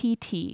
PT